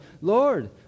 Lord